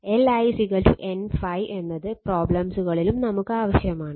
Li N ∅ എന്നത് പ്രോബ്ലംസുകളിലും നമുക്ക് ആവശ്യമാണ്